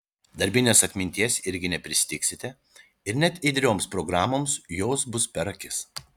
darbinės atminties irgi nepristigsite ir net ėdrioms programoms jos bus per akis